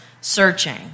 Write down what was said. searching